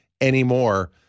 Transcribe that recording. anymore